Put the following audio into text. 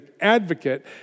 advocate